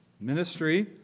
ministry